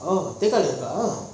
oh